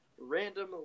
random